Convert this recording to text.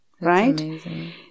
right